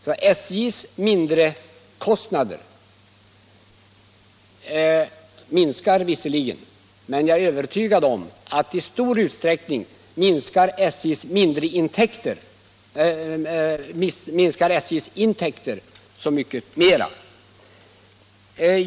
SJ:s mindrekostnader minskar visserligen, men jag är övertygad om att i stor utsträckning minskar SJ:s intäkter så mycket mera.